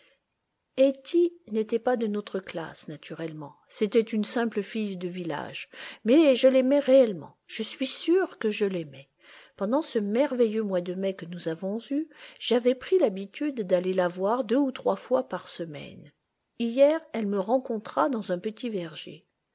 lletty n'était pas de notre classe naturellement c'était une simple fille de village mais je l'aimais réellement je suis sûr que je l'aimais pendant ce merveilleux mois de mai que nous avons eu j'avais pris l'habitude d'aller la voir deux ou trois fois par semaine hier elle me rencontra dans un petit verger